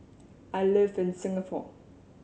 I live in Singapore